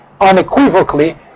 unequivocally